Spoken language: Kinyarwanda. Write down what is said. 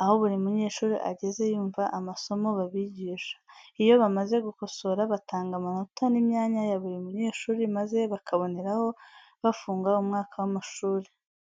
aho buri munyeshuri ageze yumva amasomo babigisha, iyo bamaze gukosora batanga amanota n'imyanya ya buri munyeshuri maze bakaboneraho bafunga umwaka w'amashuri.